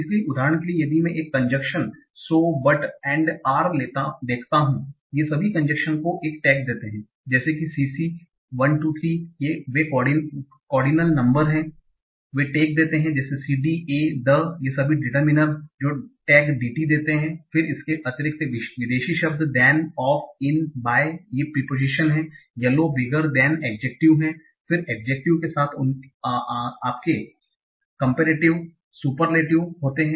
इसलिए उदाहरण के लिए यदि मैं conjunction so but and are देखता हूं ये सभी कंजंक्शन को एक टैग देते हैं जैसे कि CC 1 2 3 वे कार्डिनल नंबर हैं वे टैग देते हैं जैसे CD a the ये सभी डिटर्मिनर जो टैग DT देंते हैं फिर इसके अतिरिक्त विदेशी शब्द then off in by ये प्रिपोजीशन है yellow bigger then एड्जेक्टिव हैं फिर एड्जेक्टिव के साथ आपके कम्पैरेटिव सुपरलेटीव होते हैं